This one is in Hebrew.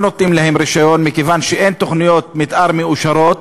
נותנים להם רישיון מכיוון שאין תוכניות מתאר מאושרות.